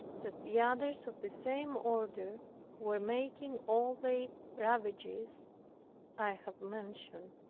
that the others of the same order were making all the ravages i have mentioned,